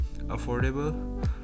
affordable